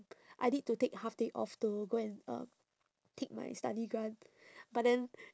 I need to take half day off to go and um take my study grant but then